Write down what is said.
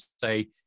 say